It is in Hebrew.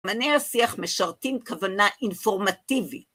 מני השיח משרתים כוונה אינפורמטיבית.